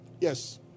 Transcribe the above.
Yes